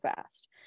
fast